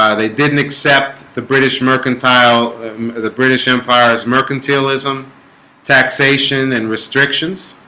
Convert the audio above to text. they didn't accept the british mercantile of the british empire as mercantilism taxation and restrictions